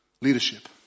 leadership